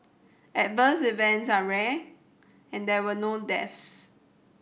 adverse events are rare and there were no deaths